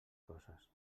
coses